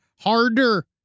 harder